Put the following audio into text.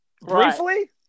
briefly